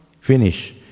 finish